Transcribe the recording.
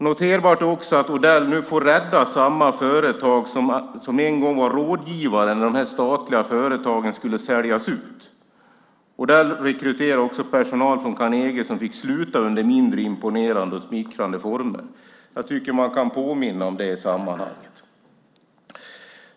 Det är också noterbart att Odell nu får rädda samma företag som en gång var rådgivare när statliga företag skulle säljas ut. Odell rekryterade också personal från Carnegie som fick sluta under mindre imponerande och smickrande former. Jag tycker att man kan påminna om det i sammanhanget.